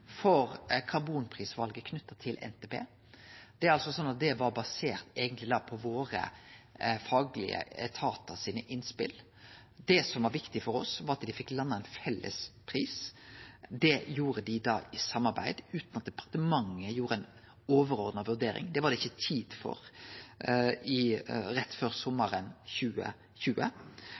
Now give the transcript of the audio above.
for karbonprisvalet knytt til NTP. Det var eigentleg basert på innspela frå dei faglege etatane våre. Det som var viktig for oss, var at dei fekk landa ein felles pris. Det gjorde dei da i samarbeid utan at departementet gjorde ei overordna vurdering. Det var det ikkje tid til rett før sommaren 2020.